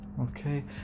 okay